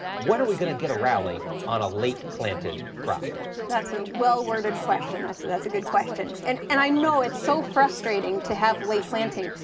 when are we going to get a rally on a late planted crop? kub that's a well worded question. that's a that's a good question. and and i know it's so frustrating to have late planting.